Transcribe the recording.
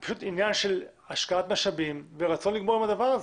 זה פשוט עניין של השקעת משאבים ורצון לסיים את הדבר הזה.